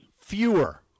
Fewer